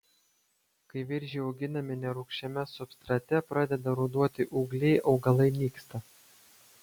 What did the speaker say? kai viržiai auginami nerūgščiame substrate pradeda ruduoti ūgliai augalai nyksta